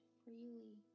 freely